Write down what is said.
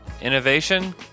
innovation